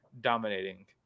dominating